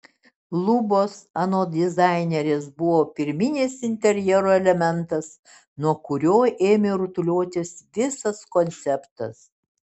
lubos anot dizainerės buvo pirminis interjero elementas nuo kurio ėmė rutuliotis visas konceptas